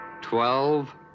Twelve